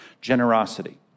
generosity